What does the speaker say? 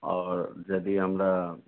आओर यदि हमरा